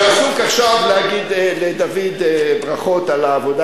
שעסוק עכשיו להגיד לדוד ברכות על העבודה